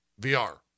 VR